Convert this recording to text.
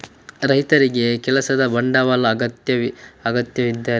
ರೈತರಿಗೆ ಕೆಲಸದ ಬಂಡವಾಳದ ಅಗತ್ಯವಿದ್ದರೆ ಅವರು ಹೊಸ ಕೃಷಿ ಯಂತ್ರೋಪಕರಣಗಳನ್ನು ಖರೀದಿಸಬಹುದು